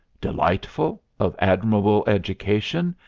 delightful, of admirable education,